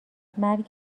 مرگ